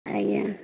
ଆଜ୍ଞା